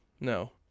No